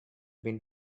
been